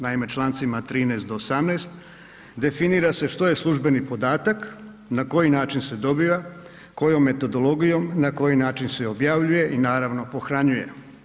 Naime člancima 13. do 18. definira se što je službeni podatak, na koji način se dobiva, kojom metodologijom, na koji način se objavljuje i naravno pohranjuje.